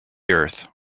earth